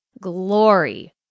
glory